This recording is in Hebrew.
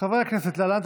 מרגי, אתה